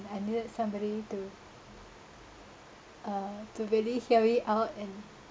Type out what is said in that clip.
I needed somebody to uh to really hear me out and